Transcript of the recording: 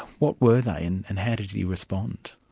what were they and and how did he respond?